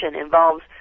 involves